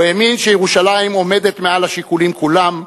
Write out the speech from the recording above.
הוא האמין שירושלים עומדת מעל לשיקולים כולם,